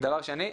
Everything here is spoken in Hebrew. דבר שני,